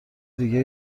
دیگه